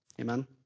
Amen